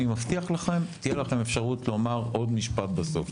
אני מבטיח לכם תהיה לכם אפשרות לומר עוד משפט בסוף,